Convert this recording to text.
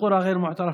לכפרים הלא-מוכרים